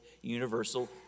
Universal